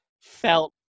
felt